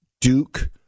Duke